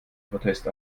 protest